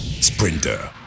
Sprinter